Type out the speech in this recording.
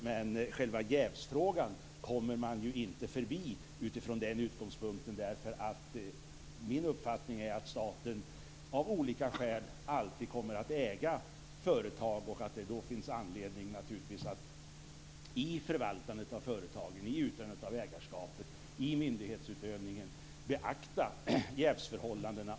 Men man kommer inte förbi själva jävsfrågan. Min uppfattning är att staten alltid kommer att äga företag. Det finns då anledning att i förvaltandet av företagen, i utövandet av ägarskapet, i myndighetsutövningen, beakta jävsförhållandena.